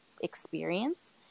experience